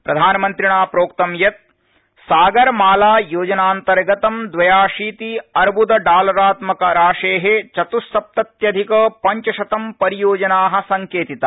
प्रधानमन्तिणा प्रोक्तं यत् सागरमाला योजनान्तर्गतं द्वयशीति ब्र्द डालरात्मकराशे चतुर्सप्तत्यधिक पंचशतं परियोजना संकेतिता